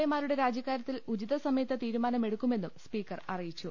A മാരുടെ രാജിക്കാര്യത്തിൽ ഉചിതസമയത്ത് തീരുമാനമെടുക്കുമെന്നും സ്പീക്കർ അറിയിച്ചു